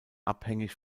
abhängig